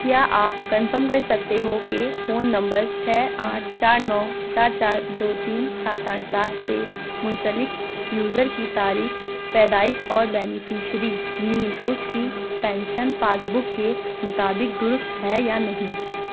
کیا آپ کنفرم کر سکتے ہو کہ فون نمبر چھ آٹھ چار نو چار چار دو تین سات آٹھ سات سے منسلک یوزر کی تاریخ پیدائش اور بینیفشیری نیم اس کی پنشن پاس بک کے مطابق درست ہے یا نہیں